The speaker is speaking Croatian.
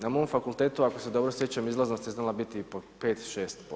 Na mom fakultetu ako se dobro sjećam, izlaznost je znala biti i po 5-6%